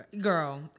Girl